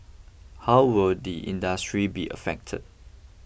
how will the industry be affected